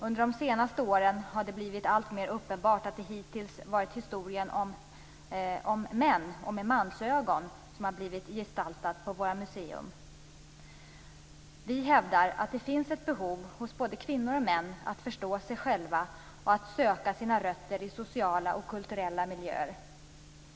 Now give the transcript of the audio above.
Under de senaste åren har det blivit alltmer uppenbart att det hittills på våra museer varit historien om män som gestaltats sedd genom mansögon. Vi hävdar att det finns ett behov hos både kvinnor och män att förstå sig själva och att söka sina rötter i sociala och kulturella miljöer.